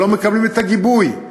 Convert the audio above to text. שלא מקבלים את הגיבוי,